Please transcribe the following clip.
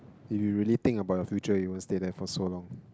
if you really think about your future you won't stay there for so long